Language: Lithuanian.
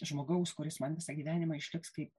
žmogaus kuris man visą gyvenimą išliks kaip